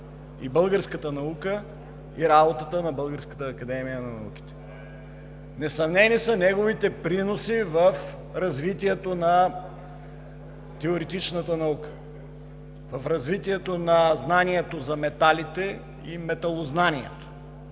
българската наука и работата на Българската академия на науките. Несъмнени са неговите приноси в развитието на теоретичната наука, в развитието на знанието за металите и металознанието.